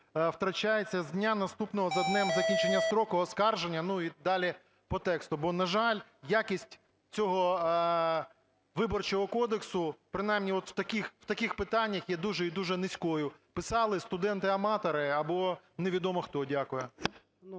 втрачається з дня, наступного за днем закінчення строку оскарження, ну, і далі по тексту. Бо, на жаль, якість цього Виборчого кодексу принаймні от, в таких питаннях є дуже і дуже низькою. Писали студенти-аматори або невідомо хто. Дякую.